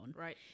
Right